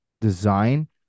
design